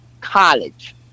college